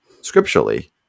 scripturally